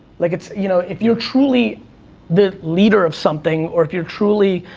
like, it's, you know, if you're truly the leader of something, or if you're truly,